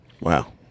Wow